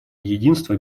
единство